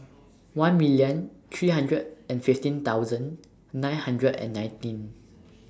one million three hundred and fifteen thousand nine hundred and nineteen